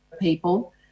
people